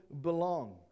belong